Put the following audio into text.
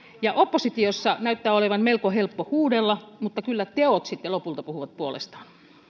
ja oppositiosta näyttää olevan melko helppo huudella mutta kyllä teot sitten lopulta puhuvat puolestaan